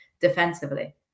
defensively